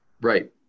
Right